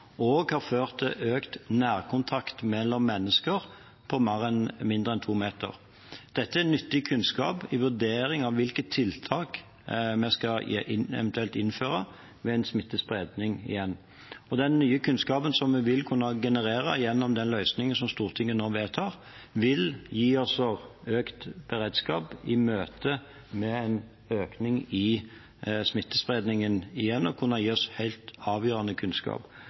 har ført til økt nærkontakt mellom mennesker, med mindre enn to meter. Dette er nyttig kunnskap i vurderingen av hvilke tiltak vi eventuelt skal innføre ved en smittespredning igjen. Den nye kunnskapen som vi vil kunne generere gjennom den løsningen som Stortinget nå vedtar, vil også gi oss økt beredskap i møtet med en økning i smittespredningen igjen og vil kunne gi oss helt avgjørende kunnskap.